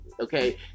okay